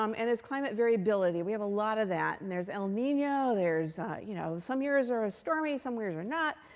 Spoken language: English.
um and there's climate variability. we have a lot of that. and there's el nino. you know some years are ah stormy, some years are not,